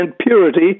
purity